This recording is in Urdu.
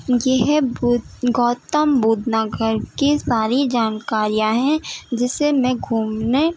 یہ بت گوتم بدھ ںگر کی ساری جانکاریاں ہیں جسے میں گھومنے